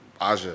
Aja